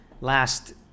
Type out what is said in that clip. Last